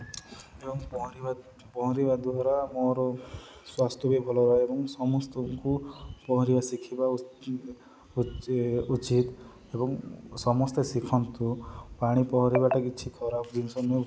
ନିୟମିତ ପହଁ ପହଁରିବା ଦ୍ୱାରା ମୋର ସ୍ୱାସ୍ଥ୍ୟ ବି ଭଲ ରହେ ଏବଂ ସମସ୍ତଙ୍କୁ ପହଁରିବା ଶିଖିବା ଉଚିତ ଏବଂ ସମସ୍ତେ ଶିଖନ୍ତୁ ପାଣି ପହଁରିବାଟା କିଛି ଖରାପ ଜିନିଷ ନୁହଁ ଭଲ ଜିନିଷ